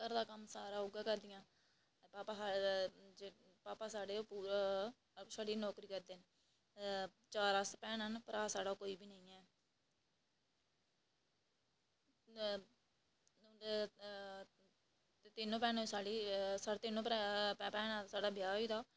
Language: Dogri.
घरै दा कम्म सारा उऐ करदियां भापा साढ़े छड़ी नौकरी करदे न चार अस भैनां न भ्राऽ साढ़ा कोई बी नेईं ऐ तीनों भैनां साढ़ी भैनां दा ब्याह् होई दा